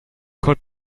cod